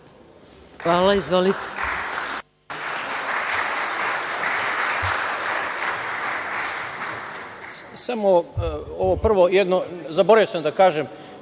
Hvala. Izvolite.